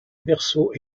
berceaux